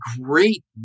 great